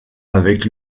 avec